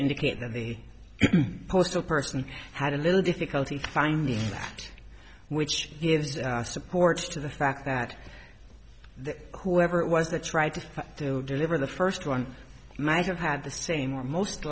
indicate that the postal person had a little difficulty finding which gives supports to the fact that the whoever it was the tried to do deliver the first one might have had the same or most